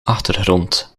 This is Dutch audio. achtergrond